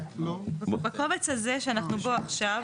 בקובץ הזה שאנחנו בו עכשיו,